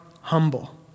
humble